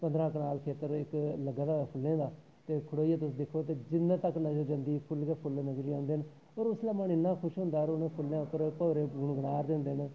पंदरां कनाल खेत्तर इक लग्गे दा होवै फुल्लें दा ते खड़ोइयै तुस दिक्खो ते जिन्ने तक नजर जंदी फुल्ल गै फुल्ल नजर औंदे न और उसलै मन इन्ना खुश होंदा और उ'नें फुल्लें पर भंवरे गुणगुना'रदे होंदे न